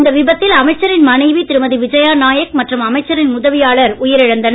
இந்த விபத்தில் அமைச்சரின் மனைவி திருமதி விஜயா நாயக் மற்றும் அமைச்சரின் உதவியாளர் உயிர் இழந்தனர்